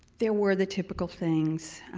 there were the typical things